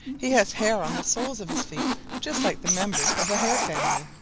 he has hair on the soles of his feet just like the members of the hare family.